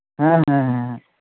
ᱦᱮᱸ ᱦᱮᱸ ᱦᱮᱸ ᱦᱮᱸ